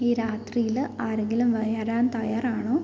ഈ രാത്രീൽ ആരെങ്കിലും വരാൻ തയ്യാറാണോ